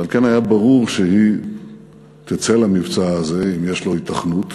ועל כן היה ברור שהיא תצא למבצע הזה אם יש לו היתכנות.